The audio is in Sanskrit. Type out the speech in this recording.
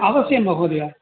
अवश्यं महोदय